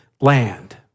land